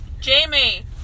Jamie